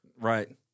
Right